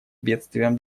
бедствием